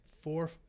four